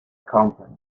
company